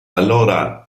allora